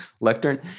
lectern